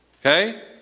Okay